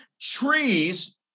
Trees